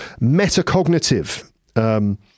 Metacognitive